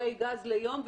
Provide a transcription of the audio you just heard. אירועי גז ליום,